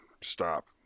stop